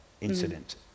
incident